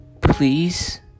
please